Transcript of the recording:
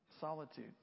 Solitude